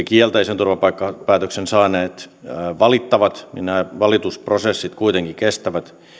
kielteisen turvapaikkapäätöksen saaneet valittavat niin nämä valitusprosessit kuitenkin kestävät